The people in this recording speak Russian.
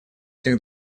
этих